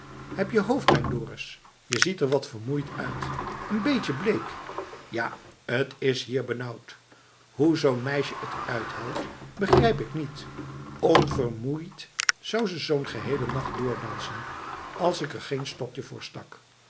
heb je hoofdpijn dorus je ziet er wat vermoeid uit n beetje bleek ja t is hier benauwd hoe zoo'n meisje t uithoudt begrijp ik niet onvermoeid zou ze zoo'n geheelen nacht door dansen als ik er geen stokje voor stak